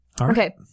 Okay